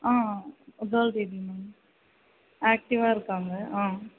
ஆ girl baby ma'am ஆக்டிவ்வாக இருக்காங்க ஆ